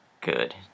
good